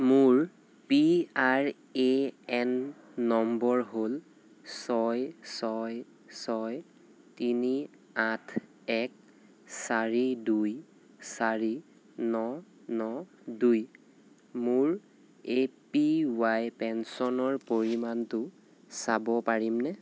মোৰ P R A N নম্বৰ হ'ল ছয় ছয় ছয় তিনি আঠ এক চাৰি দুই চাৰি ন ন দুই মোৰ এ পি ৱাই পেঞ্চনৰ পৰিমাণটো চাব পাৰিবনে